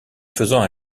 faisant